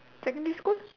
secondary school